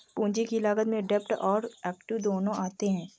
पूंजी की लागत में डेब्ट और एक्विट दोनों आते हैं